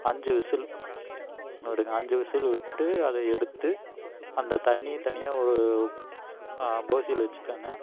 அஞ்சு விசில் விடுங்க அஞ்சு விசில் விட்டு அதை எடுத்து அந்த தண்ணியை தனியாக ஒரு போசில வச்சிக்கங்க